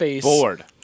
bored